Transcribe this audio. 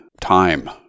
time